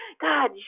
God